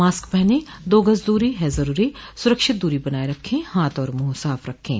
mask पहनें दो गज़ दूरी है ज़रूरी सुरक्षित दूरी बनाए रखें हाथ और मुंह साफ़ रखें